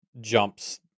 jumps